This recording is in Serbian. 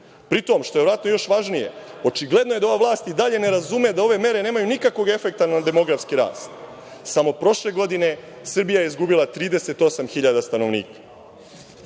pri tom, što je verovatno još važnije, očigledno je da ova vlast i dalje ne razume da ove mere nemaju nikakvog efekta na demografski rast. Samo prošle godine Srbija je izgubila 38.000 stanovnika. Ono